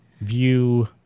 view